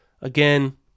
Again